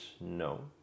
no